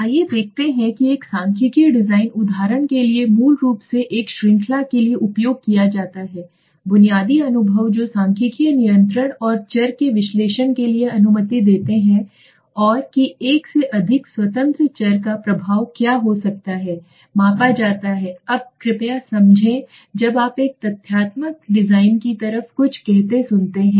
आइए देखते हैं कि एक सांख्यिकीय डिजाइन उदाहरण के लिए मूल रूप से एक श्रृंखला के लिए उपयोग किया जाता है बुनियादी अनुभव जो सांख्यिकीय नियंत्रण और चर के विश्लेषण के लिए अनुमति देते हैं और कि एक से अधिक स्वतंत्र चर का प्रभाव क्या हो सकता है मापा जाता है अब कृपया समझें जब आप एक तथ्यात्मक डिजाइन की तरह कुछ कहते सुनते हैं